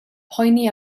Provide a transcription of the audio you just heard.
poeni